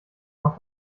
noch